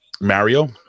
Mario